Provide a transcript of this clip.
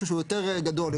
משהו שיותר גדול,